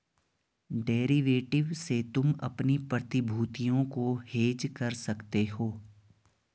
derivative से तुम अपनी प्रतिभूतियों को हेज कर सकते हो